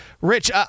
Rich